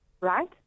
right